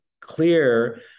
clear